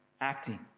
acting